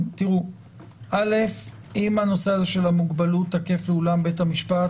אם הנושא של המוגבלות תקף לאולם בית המשפט,